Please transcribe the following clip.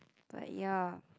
but ya